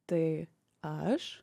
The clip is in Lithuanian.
tai aš